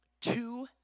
Two